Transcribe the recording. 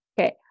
Okay